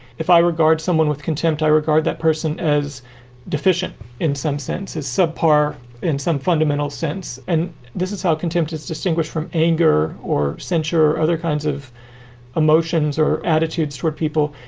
if i regard someone with contempt, i regard that person as deficient in some sense is subpar in some fundamental sense. and this is how contempt is distinguished from anger or censure or other kinds of emotions or attitudes toward people.